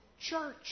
church